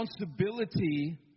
responsibility